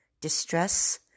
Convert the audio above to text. distress